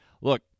Look